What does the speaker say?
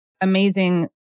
amazing